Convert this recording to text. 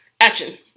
Action